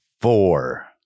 Four